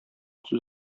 сүз